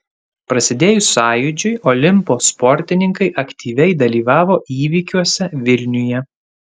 prasidėjus sąjūdžiui olimpo sportininkai aktyviai dalyvavo įvykiuose vilniuje